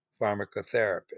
pharmacotherapy